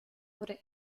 wurde